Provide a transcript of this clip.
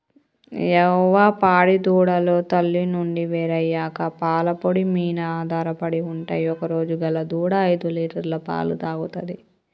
యువ పాడి దూడలు తల్లి నుండి వేరయ్యాక పాల పొడి మీన ఆధారపడి ఉంటయ్ ఒకరోజు గల దూడ ఐదులీటర్ల పాలు తాగుతది